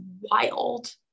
wild